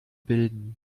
bilden